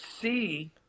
see